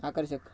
आकर्षक